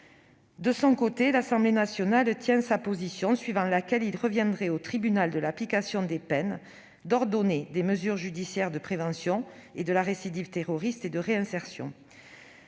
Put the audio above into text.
De son côté, l'Assemblée nationale n'a pas changé de position. Elle estime qu'il revient au tribunal de l'application des peines d'ordonner des mesures judiciaires de prévention et de la récidive terroriste et de réinsertion.